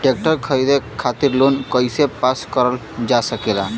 Tractor खरीदे खातीर loan कइसे पास करल जा सकेला?